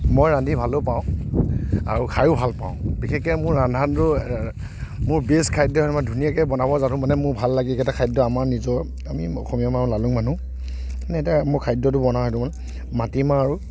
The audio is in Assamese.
মই ৰান্ধি ভালো পাওঁ আৰু খায়ো ভালপাওঁ বিশেষকৈ মোৰ ৰন্ধাটো মোৰ বেষ্ট খাদ্য আৰু মই ধুনীয়াকৈ বনাব জানো মানে মোৰ ভাল লাগে এইকেইটা খাদ্য আমাৰ নিজৰ আমি অসমীয়া মানুহ লালুং মানুহ মানে এটা মই খাদ্যটো বনাওৱেই মাটিমাহ আৰু